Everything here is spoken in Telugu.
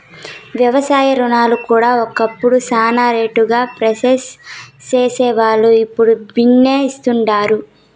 వ్యవసాయ రుణాలు కూడా ఒకప్పుడు శానా లేటుగా ప్రాసెస్ సేసేవాల్లు, ఇప్పుడు బిన్నే ఇస్తుండారు